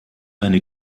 eine